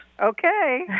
Okay